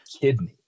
kidney